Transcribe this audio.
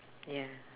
ya